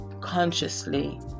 consciously